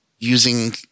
using